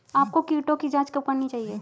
आपको कीटों की जांच कब करनी चाहिए?